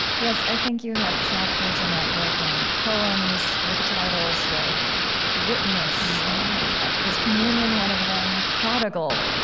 yes, i think you have chapters in that book and poems with titles like witness and is communion one of them? prodigal.